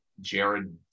Jared